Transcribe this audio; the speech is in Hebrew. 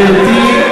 גברתי,